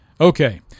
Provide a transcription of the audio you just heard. Okay